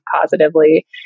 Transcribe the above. positively